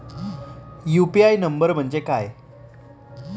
UPI number म्हणजे काय?